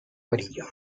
amarillo